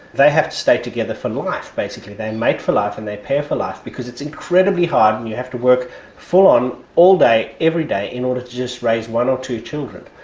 they have to stay together for life basically, they and mate for life and they pair for life because it's incredibly hard and you have to work full-on all day, every day in order to just raise one or two children,